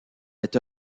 est